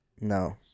No